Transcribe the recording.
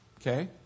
Okay